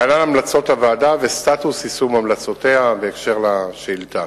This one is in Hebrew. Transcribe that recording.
להלן המלצות הוועדה וסטטוס יישום המלצותיה בהקשר לשאילתא: